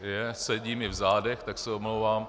Je, sedí mi v zádech, tak se omlouvám.